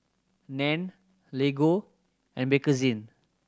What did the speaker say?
Nan Lego and Bakerzin